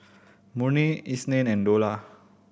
Murni Isnin and Dollah